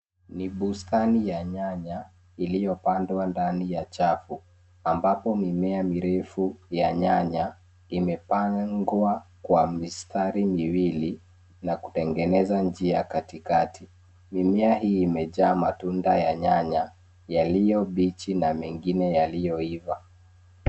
Ni bustani ya nyaya iliyo pandwa ndani ya chafu ambapo mimea mirefu ya nyanya imepangwa kwa mistari miwili na kutengeneza njia katikati. Mimea hii imejaa matunda ya nyanya yaliyo bichi na mengine yaliyoiva.